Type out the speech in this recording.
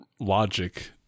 logic